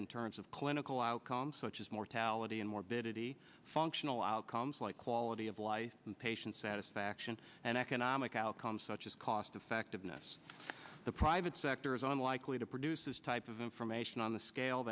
in terms of clinical outcomes such as mortality and morbidity functional outcomes like quality of life and patient satisfaction and economic outcomes such as cost effectiveness the private sector is unlikely to produce this type of information on the scale